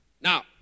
Now